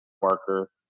worker